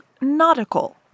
nautical